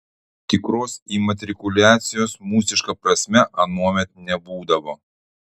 tikros imatrikuliacijos mūsiška prasme anuomet nebūdavo